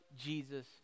Jesus